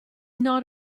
not